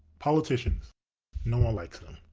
politicians no one likes them.